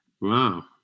Wow